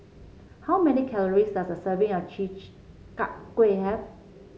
how many calories does a serving of Chi Kak Kuih have